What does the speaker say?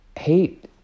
hate